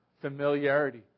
familiarity